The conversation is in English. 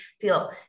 feel